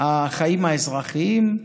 החיים האזרחיים,